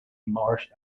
marsh